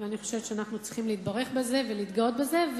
ואני חושבת שאנחנו צריכים להתברך בזה ולהתגאות בזה.